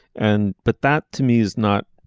and but that to me is not.